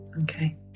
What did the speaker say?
Okay